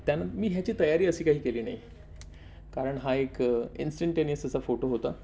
त्यांना मी ह्याची तयारी असी काही केली नाही कारण हा एक इन्स्टंटेनियस त्याचा फोटो होता